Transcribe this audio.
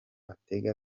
atega